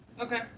Okay